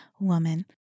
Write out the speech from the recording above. woman